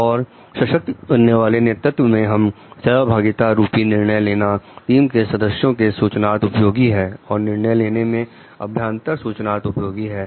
और सशक्त करने वाले नेतृत्व में हम सहभागिता रूपी निर्णय लेना टीम के सदस्यों के सूचनार्थ उपयोगी है और निर्णय लेने में अभ्यांतर सूचनार्थ उपयोगी है